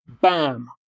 bam